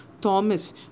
Thomas